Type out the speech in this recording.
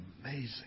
amazing